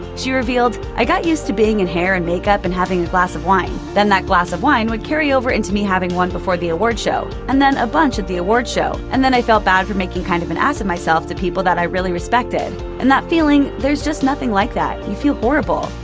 she revealed, i got used to being in hair and makeup and having a glass of wine. then that glass of wine would carry over into me having one before the awards show. and then a bunch at the awards show. and then i felt bad for making kind of an ass of myself people that i really respected. and that feeling, there's just nothing like that. you feel horrible.